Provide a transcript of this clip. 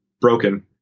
broken